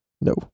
No